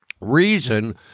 Reason